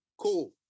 Cool